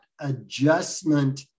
adjustment